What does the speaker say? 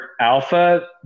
alpha